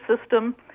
system